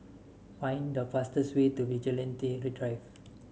find the fastest way to Vigilante Drive